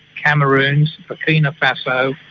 cameroon, burkina faso,